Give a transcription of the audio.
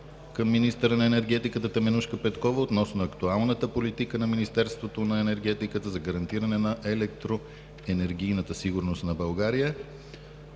към министъра на енергетиката Теменужка Петкова относно актуалната политика на Министерството на енергетиката за гарантиране на електроенергийната сигурност на България;